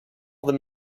them